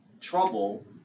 trouble